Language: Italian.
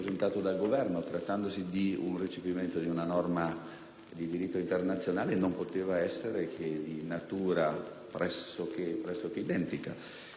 di diritto internazionale, non poteva che essere di natura pressoché identica. Se il senatore Li Gotti fosse stato attento